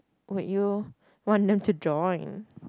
wait you want them to join